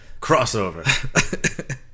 Crossover